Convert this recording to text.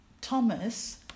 Thomas